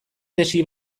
tesi